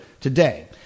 today